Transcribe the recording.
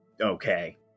okay